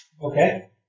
Okay